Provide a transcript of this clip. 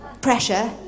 Pressure